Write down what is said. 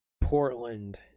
Portland